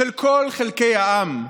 של כל חלקי העם.